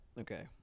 okay